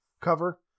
cover